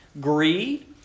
greed